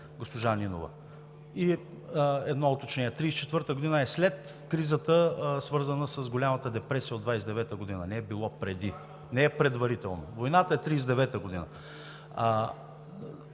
госпожа Нинова. И едно уточнение – 1934 г. е след кризата, свързана с Голямата депресия от 1929 г., не е било преди, не е предварително. Войната е 1939 г.! Пак